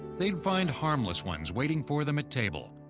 they'd find harmless ones waiting for them at table.